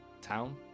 town